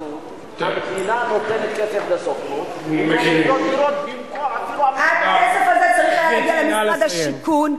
המדינה נותנת כסף לסוכנות הכסף הזה צריך היה להגיע למשרד השיכון,